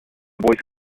voice